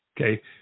Okay